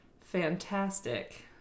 fantastic